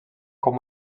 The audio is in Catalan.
com